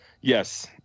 Yes